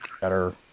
better